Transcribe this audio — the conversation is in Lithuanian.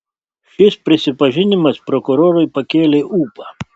šis prisipažinimas prokurorui pakėlė ūpą